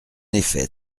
effet